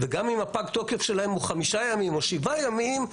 וגם אם הפג תוקף שלהם הוא חמישה ימים או שבעה ימים,